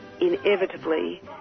inevitably